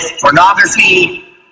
pornography